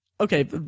Okay